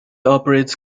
operates